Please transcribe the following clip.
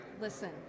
Listen